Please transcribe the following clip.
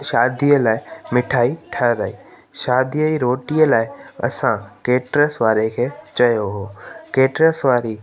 शादीअ लाइ मिठाई ठाहिराई शादीअ जी रोटीअ लाइ असां केटरर्स वारे खे चयो हो केटरर्स वारी